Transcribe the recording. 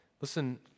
Listen